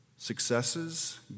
Successes